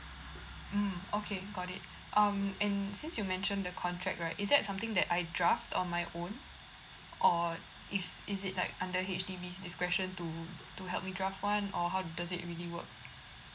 mm okay got it um and since you mentioned the contract right is that something that I draft on my own or is is it like under H_D_B's discretion to to help me draft one or how does it really work